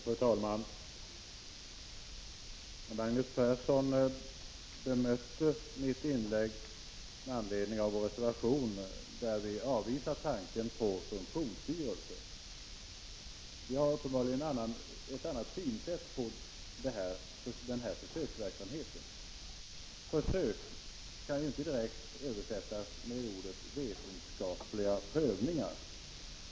Fru talman! Magnus Persson bemötte mitt inlägg med anledning av vår reservation, i vilken vi avvisar tanken på funktionsstyrelser. Vi har uppenbarligen ett annat synsätt på denna försöksverksamhet. Försök kan inte direkt översättas med ordet vetenskaplig prövning.